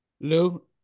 Lou